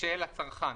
של הצרכן,